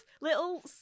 little